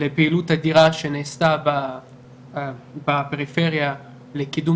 לפעילות אדירה שנעשתה בפריפריה לקידום